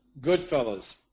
Goodfellas